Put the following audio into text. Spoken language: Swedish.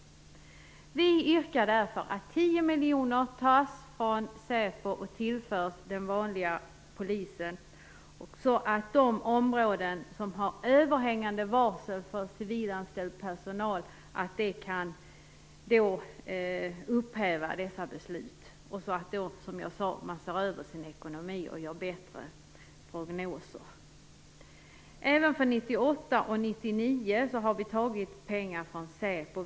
Vi yrkar därför att 10 miljoner tas från Säpo och tillförs den vanliga polisen, så att man inom de områden som har överhängande varsel för civilanställd personal kan upphäva dessa beslut. Dessutom bör man, som jag sade, se över sin ekonomi och göra bättre prognoser. Vi anser att pengar bör tas från Säpo även 1998 och 1999.